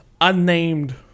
unnamed